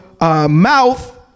mouth